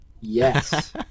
Yes